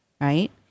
right